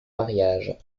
mariage